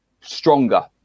stronger